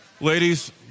Ladies